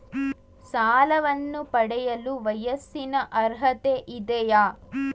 ಸಾಲವನ್ನು ಪಡೆಯಲು ವಯಸ್ಸಿನ ಅರ್ಹತೆ ಇದೆಯಾ?